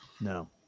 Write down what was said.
No